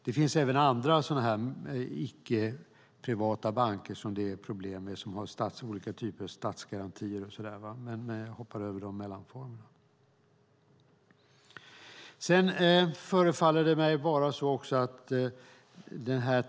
Det finns också andra icke-privata banker som det är problem med och som har olika typer av statsgarantier, men jag hoppar över de mellanformerna.